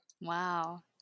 Wow